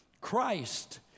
Christ